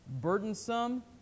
burdensome